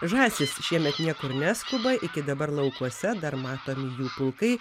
žąsys šiemet niekur neskuba iki dabar laukuose dar matomi jų pulkai